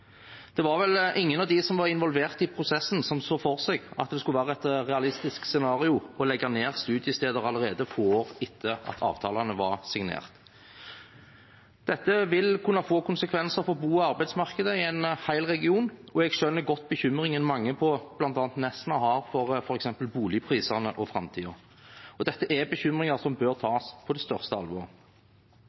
Det var vel ingen av dem som var involvert i prosessen, som så for seg at det skulle være et realistisk scenario å legge ned studiesteder allerede få år etter at avtalene var signert. Dette vil kunne få konsekvenser for bo- og arbeidsmarkedet i en hel region, og jeg skjønner godt bekymringen mange på bl.a. Nesna har for f.eks. boligprisene for framtiden. Dette er bekymringer som bør tas på det største alvor.